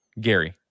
Gary